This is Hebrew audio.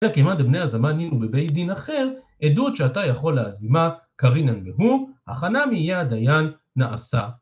כמעט בני הזמנים ובבית דין אחר, עדות שאתה יכול להזימה, קרינן והוא, הכנה מידיין נעשה.